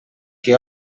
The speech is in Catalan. que